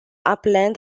upland